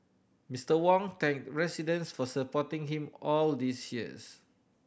Mister Wong thanked residents for supporting him all these years